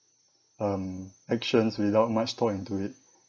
um actions without much thought into it